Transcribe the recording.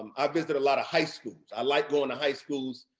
um i visit a lot of high schools. i like going to high schools,